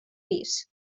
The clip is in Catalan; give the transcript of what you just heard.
pis